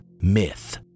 myth